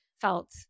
felt